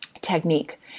technique